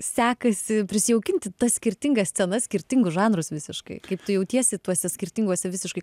sekasi prisijaukinti tas skirtingas scenas skirtingus žanrus visiškai kaip tu jautiesi tuose skirtinguose visiškai